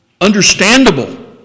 understandable